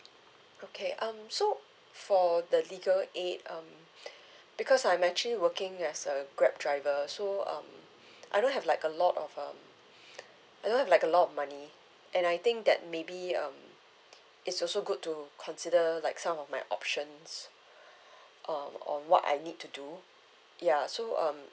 okay um so for the legal aid um because I'm actually working as a grab driver so um I don't have like a lot of uh I don't have like a lot of money and I think that maybe um it's also good to consider like some of my options um on what I need to do ya so um